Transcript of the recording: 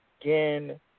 Again